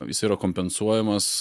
jis yra kompensuojamas